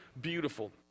beautiful